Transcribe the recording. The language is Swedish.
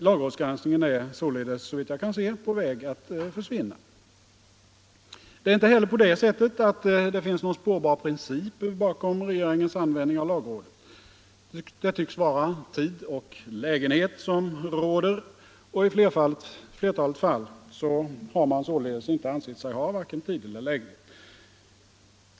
Lagrådsgranskningen är således, såvitt jag kan se, på väg att försvinna. Inte heller finns det någon spårbar princip bakom regeringens användning av lagrådet. Det tycks vara tid och lägenhet som råder, och i flertalet fall har man således inte ansett sig ha vare sig tid eller lägenhet.